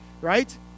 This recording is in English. right